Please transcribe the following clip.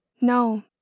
No